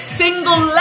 single